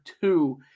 two